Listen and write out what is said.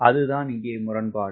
அதுதான் இங்கே முரண்பாடு